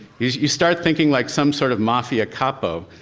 you start thinking like some sort of mafia capo.